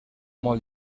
molt